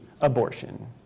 abortion